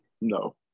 No